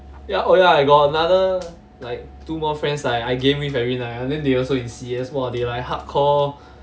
ya oh ya I got another like two more friends like I game with every night ah then they also in C_S !wah! they like hard core